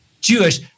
Jewish